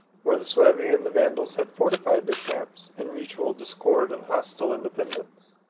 where the suevi and the vandals had fortified their camps, in mutual discord and hostile independence.